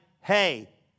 hey